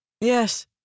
Yes